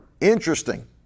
Interesting